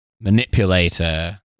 manipulator